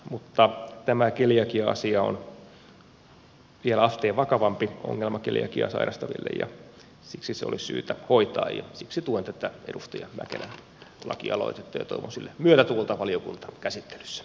mutta tämä keliakia asia on vielä asteen vakavampi ongelma keliakiaa sairastaville ja siksi se olisi syytä hoitaa ja siksi tuen tätä edustaja mäkelän lakialoitetta ja toivon sille myötätuulta valiokuntakäsittelyssä